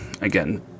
again